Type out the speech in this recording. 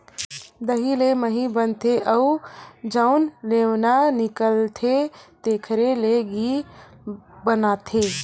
दही ले मही बनथे अउ जउन लेवना निकलथे तेखरे ले घींव बनाथे